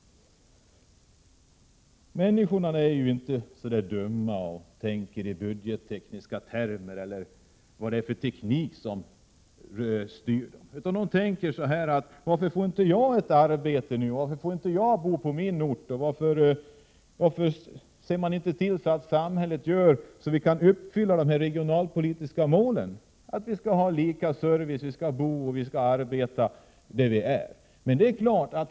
Människorna är ju inte dumma. Inte heller tänker de i budgettekniska termer eller funderar över vad det är för teknik som styr dem. De tänker: Varför får inte jag ett arbete, varför får inte jag bo kvar på min ort? Varför ser samhället inte till att de regionalpolitiska målen uppfylls — nämligen att vi skall ha lika service och tillgång till arbete och bostad där vi är?